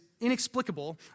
inexplicable